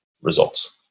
results